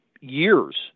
years